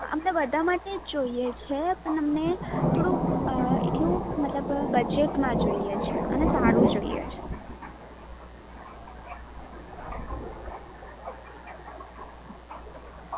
હ અમને બધા માટે જોઈએ છે પણ અમને થોડું એટલું મતલબ બજેટમાં જોઈએ છે અને સારું જોઈએ છે